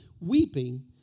weeping